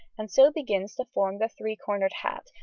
and so begins to form the three-cornered hat,